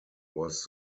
was